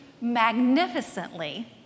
magnificently